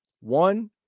one